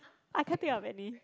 I can't think of any